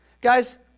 Guys